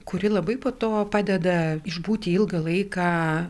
kuri labai po to padeda išbūti ilgą laiką